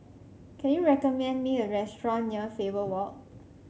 can you recommend me a restaurant near Faber Walk